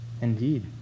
Indeed